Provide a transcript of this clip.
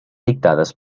dictades